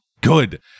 good